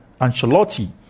Ancelotti